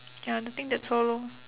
ya I think that's all